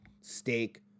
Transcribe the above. steak